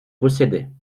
possédaient